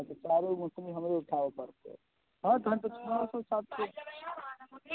तहन तऽ चारू मोटरी हमरे उठाबऽ पड़तै हँ तहन तऽ छओ सए सात सए